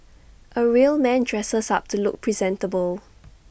A real man dresses up to look presentable